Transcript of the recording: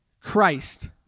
Christ